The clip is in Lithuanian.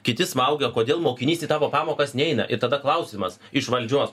kiti smaugia kodėl mokinys į tavo pamokas neina ir tada klausimas iš valdžios